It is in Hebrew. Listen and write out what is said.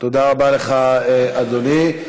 תודה רבה לך, אדוני.